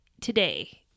today